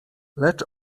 lecz